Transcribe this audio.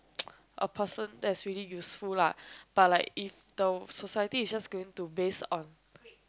a person that's really useful lah but like if those society is just going to base on